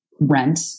rent